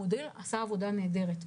המודל עשה עבודה נהדרת,